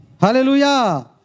Hallelujah